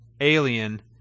alien